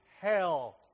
hell